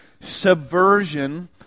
subversion